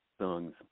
songs